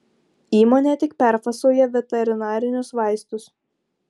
įmonė tik perfasuoja veterinarinius vaistus